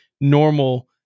normal